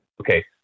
okay